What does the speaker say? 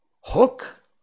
Hook